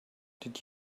did